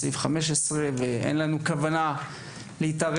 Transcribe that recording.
בסעיף 15 ואין לנו כוונה להתערב,